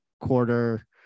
quarter